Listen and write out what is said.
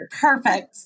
Perfect